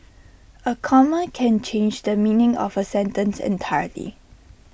A comma can change the meaning of A sentence entirely